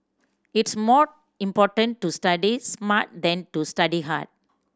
it's more important to study smart than to study hard